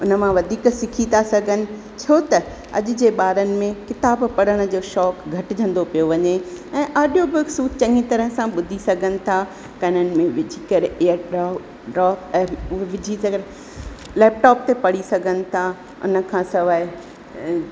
हुन मां वधीक सिखी था सघनि छो त अॼु जे ॿारनि में किताब पढ़नि जो शौक़ु घटिजंदो पियो वञे ऐं ऑडियो बुक्स चङी तरह सां ॿुधी सघनि था कननि में विझी करे विझी सघनि लैप्टॉप ते पढ़ी सघनि था हुन खां सवाइ